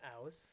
Hours